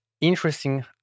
interesting